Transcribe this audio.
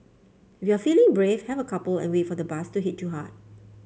if you're feeling brave have a couple and wait for the buzz to hit you hard